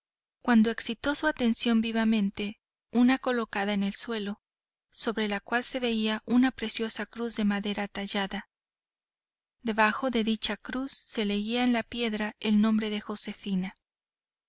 cuando excitó su atención vivamente una colocada en el suelo sobre la que se veía una preciosa cruz de madera tallada debajo de dicha cruz se leía en la piedra el nombre de josefina